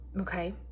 Okay